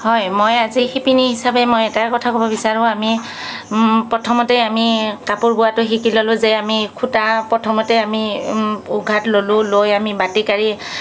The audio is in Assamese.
হয় মই আজি শিপিনী হিচাপে মই এটা কথা ক'ব বিচাৰোঁ আমি প্ৰথমতে আমি কাপোৰ বোৱাটো শিকি ল'লো যে আমি সূতা প্ৰথমতে আমি উঘাত ল'লো লৈ আমি বাটি কাঢ়ি